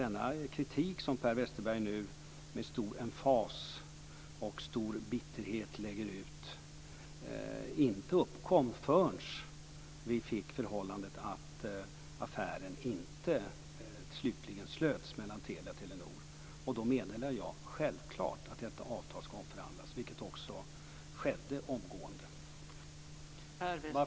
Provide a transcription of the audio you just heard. Den kritik som Per Westerberg nu med stor emfas och stor bitterhet kommer med uppkom inte förrän förhållandet blev så att affären slutligen inte blev av mellan Telia och Telenor. Då meddelade jag självfallet att avtalet skulle omförhandlas, vilket också skedde omgående.